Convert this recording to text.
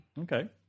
Okay